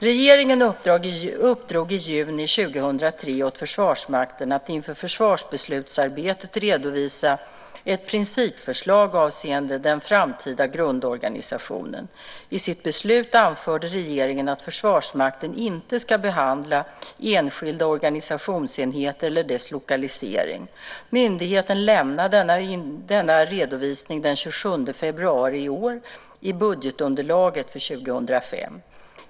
Regeringen uppdrog i juni 2003 åt Försvarsmakten att inför försvarsbeslutsarbetet redovisa ett principförslag avseende den framtida grundorganisationen. I sitt beslut anförde regeringen att Försvarsmakten inte skulle behandla enskilda organisationsenheter eller deras lokalisering. Myndigheten lämnade denna redovisning den 27 februari i år i budgetunderlaget för 2005.